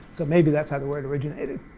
so maybe that's how the word originated.